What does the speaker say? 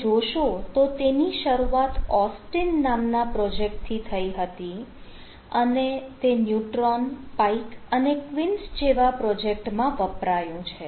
તમે જોશો તો તેની શરૂઆત ઓસ્ટીન નામના પ્રોજેક્ટ થી થઈ હતી અને તે ન્યુટ્રોન પાઈક અને ક્વીન્સ જેવા પ્રોજેક્ટ માં વપરાયું છે